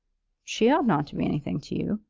she ought not to be anything to you.